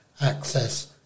access